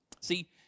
See